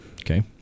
Okay